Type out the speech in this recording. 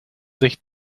sich